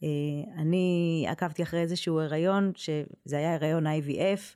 אני עקבתי אחרי איזשהו הריון שזה היה הריון איי.וי.אף